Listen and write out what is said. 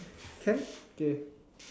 can okay